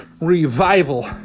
revival